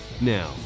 Now